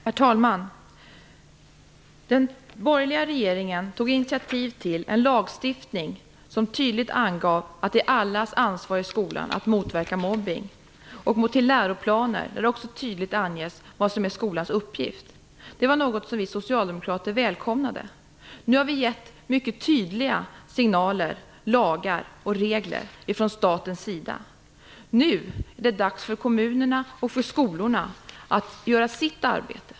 Herr talman! Den borgerliga regeringen tog initiativ till en lagstiftning, som tydligt anger att det är allas ansvar i skolan att motverka mobbning, och till läroplaner där det också tydligt anges vad som är skolans uppgift. Det var något som vi socialdemokrater välkomnade. Nu har vi gett mycket tydliga signaler, lagar och regler från statens sida. Nu är det dags för kommunerna och för skolorna att göra sitt arbete.